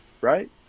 Right